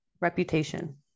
reputation